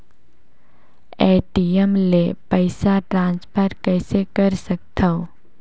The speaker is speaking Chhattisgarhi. ए.टी.एम ले पईसा ट्रांसफर कइसे कर सकथव?